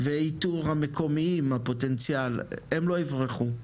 ואיתור המקומיים הפוטנציאליים, הם לא יברחו,